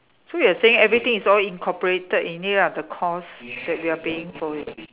so you are saying everything is all incorporated in it ah the cost that we are paying for it